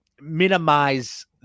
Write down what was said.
minimize